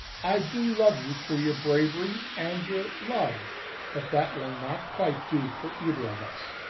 i do love you for your bravery and your love but that will not quite do for either of us.